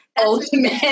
ultimate